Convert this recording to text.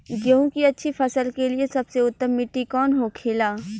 गेहूँ की अच्छी फसल के लिए सबसे उत्तम मिट्टी कौन होखे ला?